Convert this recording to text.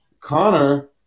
Connor